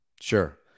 sure